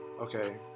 okay